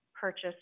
purchase